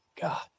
God